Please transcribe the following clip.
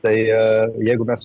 taigi jeigu mes